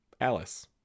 Alice